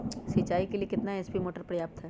सिंचाई के लिए कितना एच.पी मोटर पर्याप्त है?